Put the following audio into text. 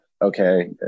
okay